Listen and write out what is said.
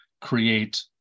create